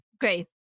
great